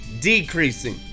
decreasing